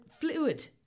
fluid